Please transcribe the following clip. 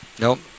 nope